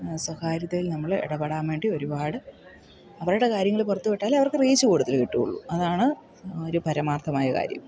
സ്വകാര്യതയിൽ നമ്മൾ ഇടപെടാൻ വേണ്ടി ഒരുപാട് അവരുടെ കാര്യങ്ങൾ പുറത്തുവിട്ടാലേ അവർക്ക് റീച്ച് കൂടുതൽ കിട്ടുകയുള്ളു അതാണ് ഒരു പരമാർത്ഥമായ കാര്യം